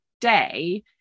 day